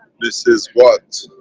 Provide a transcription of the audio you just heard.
this is what.